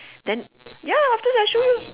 then ya after that I show you